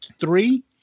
three